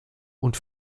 und